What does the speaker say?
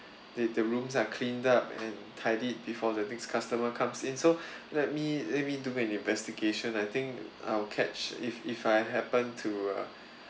the the rooms are cleaned up and tidied before the next customer comes in so let me let me do an investigation I think I'll catch if if I happen to uh